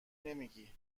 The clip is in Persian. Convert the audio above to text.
نمیگی